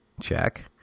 check